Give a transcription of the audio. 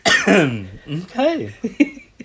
Okay